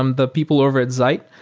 um the people over at zeit.